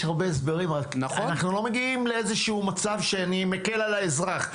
יש הרבה הסברים אבל אנחנו לא מגיעים לאיזשהו מצב שאני מקל על האזרח.